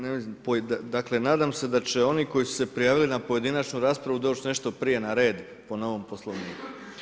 Ne, ne, dakle, nadam se da će oni koji su se prijavili na pojedinačnu raspravu, doći nešto prije na red po novom poslovniku.